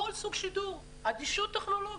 כל סוג שידור, אדישות טכנולוגית.